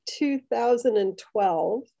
2012